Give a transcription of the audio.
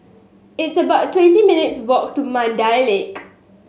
it's about twenty minutes' walk to Mandai Lake